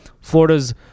Florida's